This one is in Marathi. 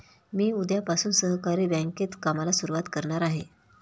मी उद्यापासून सहकारी बँकेत कामाला सुरुवात करणार आहे